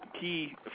key